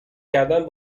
کردن